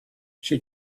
she